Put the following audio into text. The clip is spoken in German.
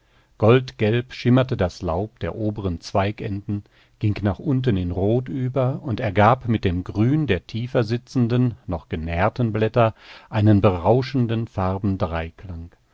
goldgelb schimmerte das laub der oberen zweigenden ging nach unten in rot über und ergab mit dem grün der tiefer sitzenden noch genährten blätter einen berauschenden